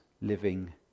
living